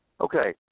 Okay